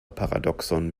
paradoxon